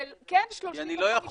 של 35% --- כי אני לא יכול,